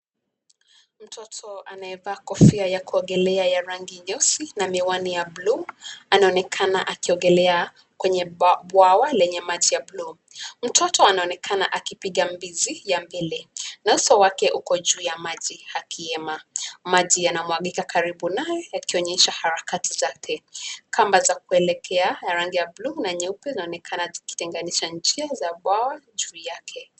Mtoto anayevaa kofia ya kuogelea ya rangi nyeusi na miwani ya blue anaonekana akiogelea kwenye bwawa lenye maji ya bluu. Mtoto anaonekana akipiga mbizi ya mbele na uso wake uko juu ya maji akihema. Maji yanamwagika karibu naye yakionyesha harakati zake. Kamba za kuelekea ya rangi ya bluu na nyeupe inaonekana zikitenganisha njia za bwawa juu yake.